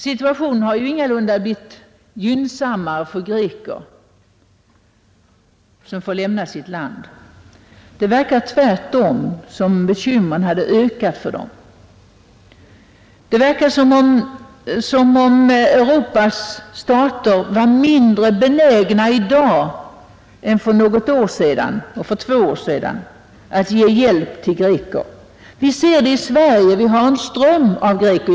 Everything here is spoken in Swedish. Situationen för de greker som fått lämna sitt land har ingalunda blivit gynnsammare. Det verkar tvärtom som om bekymren hade ökat för dem. Det förefaller som om Europas stater vore mindre benägna i dag än för ett eller två år sedan att ge hjälp till greker. Vi ser det i Sverige, dit det kommer en ström av greker.